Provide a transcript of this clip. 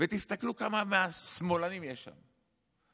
ותסתכלו כמה מ"השמאלנים" יש שם,